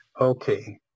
okay